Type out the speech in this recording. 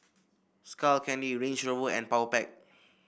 Skull Candy Range Rover and Powerpac